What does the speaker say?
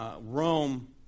Rome